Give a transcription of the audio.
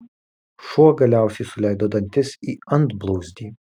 šuo galiausiai suleido dantis į antblauzdį